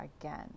again